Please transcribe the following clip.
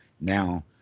now